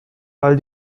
all